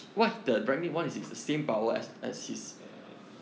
ya